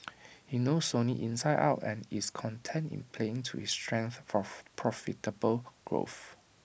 he knows Sony inside out and is content in playing to his strengths for profitable growth